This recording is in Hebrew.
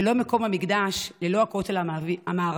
ללא מקום המקדש, ללא הכותל המערבי.